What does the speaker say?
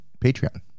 patreon